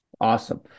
awesome